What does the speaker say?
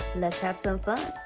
let's have some fun.